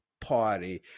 party